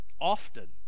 often